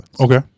Okay